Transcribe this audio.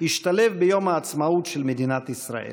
השתלב ביום העצמאות של מדינת ישראל.